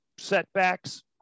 setbacks